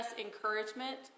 encouragement